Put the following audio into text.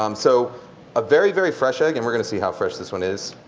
um so a very, very fresh egg and we're going to see how fresh this one is.